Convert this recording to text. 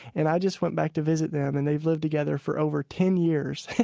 and i just went back to visit them and they've lived together for over ten years.